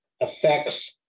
affects